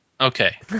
Okay